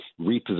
reposition